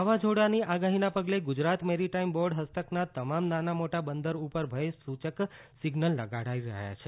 વાવાઝોડાની આગાહીના પગલે ગુજરાત મેરી ટાઈમ બોર્ડ હસ્તકના તમામ નાના મોટા બંદર ઉપર ભયસૂચક સિઝનલ લગાડાઈ રહ્યા છે